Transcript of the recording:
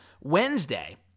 Wednesday